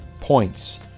points